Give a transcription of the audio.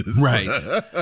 Right